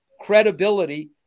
credibility